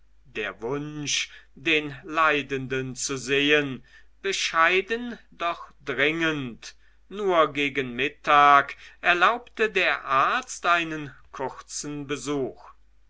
der wunsch den leidenden zu sehen bescheiden doch dringend nur gegen mittag erlaubte der arzt einen kurzen besuch